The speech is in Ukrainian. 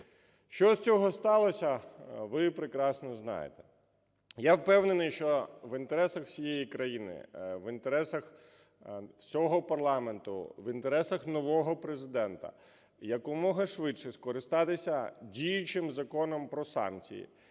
Що з цього сталося, ви прекрасно знаєте. Я впевнений, що в інтересах всієї країни, в інтересах всього парламенту, в інтересах нового Президента якомога швидше скористатися діючим Законом "Про санкції",